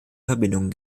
verbindungen